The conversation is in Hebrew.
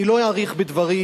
אני לא אאריך בדברים,